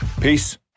Peace